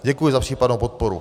Děkuji za případnou podporu.